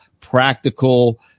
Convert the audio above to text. practical